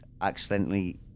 accidentally